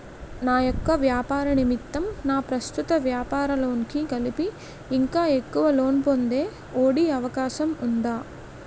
నా యెక్క వ్యాపార నిమిత్తం నా ప్రస్తుత వ్యాపార లోన్ కి కలిపి ఇంకా ఎక్కువ లోన్ పొందే ఒ.డి అవకాశం ఉందా?